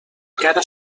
cara